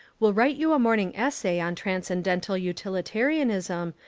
will write you a morning essay on tran scendental utilitarianism,